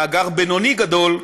מאגר בינוני גדול,